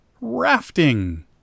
rafting